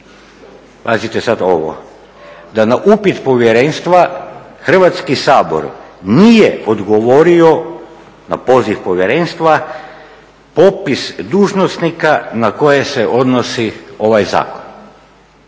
pazite sada ovo, da na upit povjerenstva Hrvatski sabor nije odgovorio na poziv Povjerenstva, popis dužnosnika na koje se odnosi ovaj zakon.